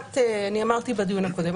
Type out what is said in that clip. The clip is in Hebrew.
אמרתי בדיון הקודם,